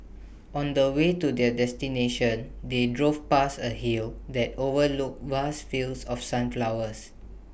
on the way to their destination they drove past A hill that overlooked vast fields of sunflowers